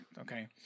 Okay